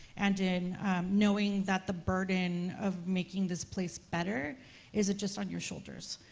and in knowing that the burden of making this place better isn't just on your shoulders,